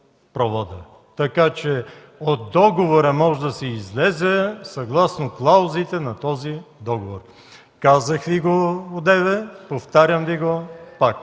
така че от договора може да се излезе съгласно клаузите на този договор. Одеве Ви го казах, повтарям го пак: